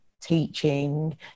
teaching